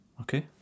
Okay